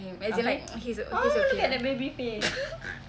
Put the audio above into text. abeh !aww! look at that baby face